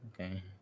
Okay